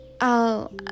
I'll